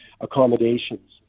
accommodations